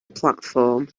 platform